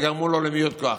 שגרמו לו למיעוט כוח,